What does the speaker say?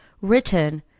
written